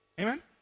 Amen